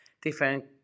different